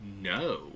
No